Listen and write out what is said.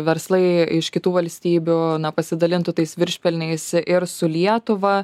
verslai iš kitų valstybių pasidalintų tais viršpelniais ir su lietuva